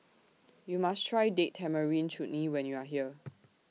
YOU must Try Date Tamarind Chutney when YOU Are here